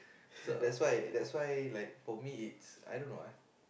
that's why that's why like for me it's I don't know eh